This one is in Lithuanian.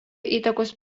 įtakos